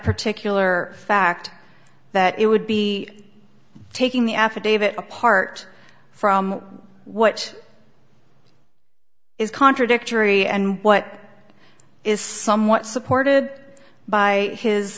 particular fact that it would be taking the affidavit apart from what is contradictory and what is somewhat